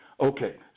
Okay